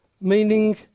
Meaning